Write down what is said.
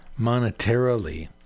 monetarily